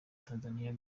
tanzania